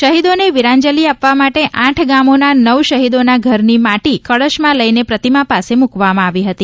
શહીદોને વિરાંજલી આપવા માટે આઠ ગામોના નવ શહીદો ના ઘર ની માટી કળશમાં લઈને પ્રતિમા પાસે મુકવામાં આવી હતી